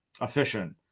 Efficient